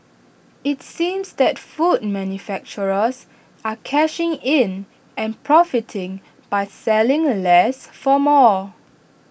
IT seems that food manufacturers are cashing in and profiting by selling less for more